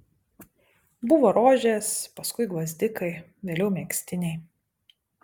buvo rožės paskui gvazdikai vėliau megztiniai